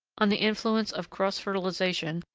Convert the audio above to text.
on the influence of cross-fertilisation,